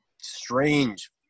strange